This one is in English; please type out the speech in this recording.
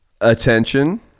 attention